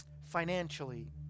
financially